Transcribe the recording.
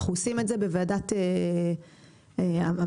אנחנו עושים את זה בוועדה,